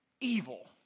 evil